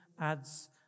adds